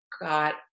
got